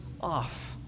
off